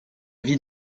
vie